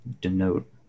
denote